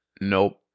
Nope